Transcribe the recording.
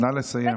נא לסיים.